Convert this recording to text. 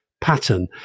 Pattern